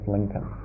Lincoln